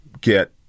get